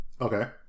Okay